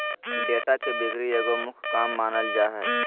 data के बिक्री एगो मुख्य काम मानल जा हइ